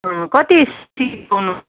कति फिस हुनु